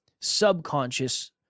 subconscious